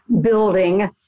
building